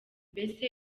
mbese